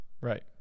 Right